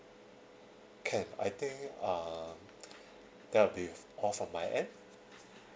can I think um that'll be all from my end